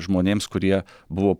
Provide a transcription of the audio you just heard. žmonėms kurie buvo